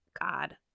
God